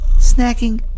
snacking